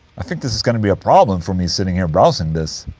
i think this is gonna be a problem for me, sitting here browsing this